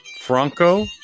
Franco